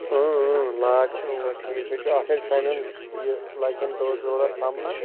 اۭں اۭں لاگ ژٕ اوٚوا ٹھیٖک ہَے چھُ اَتھ اَتھَے سَمَن یہِ لَگٮ۪ن دۄہ جوڑہ سَمنَس